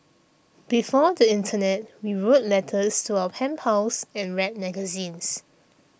before the internet we wrote letters to our pen pals and read magazines